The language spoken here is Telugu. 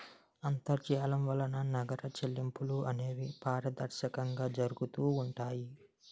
అంతర్జాలం వలన నగర చెల్లింపులు అనేవి పారదర్శకంగా జరుగుతూ ఉంటాయి